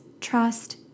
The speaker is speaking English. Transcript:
trust